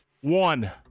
One